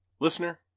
Listener